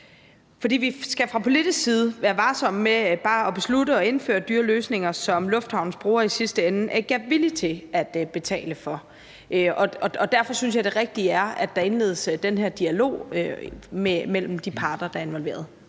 vi skal fra politisk side være varsomme med bare at beslutte at indføre dyre løsninger, som lufthavnens brugere i sidste ende ikke er villige til at betale for. Derfor synes jeg, det rigtige er, at der indledes den her dialog mellem de parter, der er involveret.